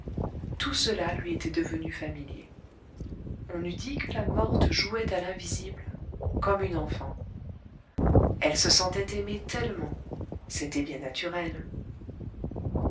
tout cela lui était devenu familier on eût dit que la morte jouait à l'invisible comme une enfant elle se sentait aimée tellement c'était bien naturel